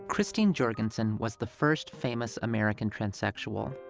christine jorgensen was the first famous american transsexual.